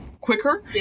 quicker